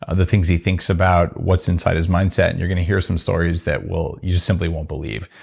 ah the things he thinks about, what's inside his mindset. you're going to hear some stories that will, you simply won't believe.